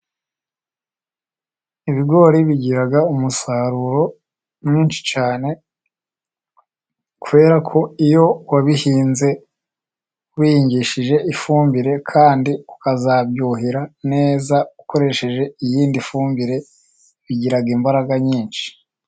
Ibigori bigira umusaruro mwinshi cyane, kubera ko iyo wabihinze wifashishije ifumbire, kandi ukazabyuhera neza ukoresheje indi fumbire bigira imbaraga nyinshi.